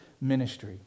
ministry